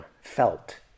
felt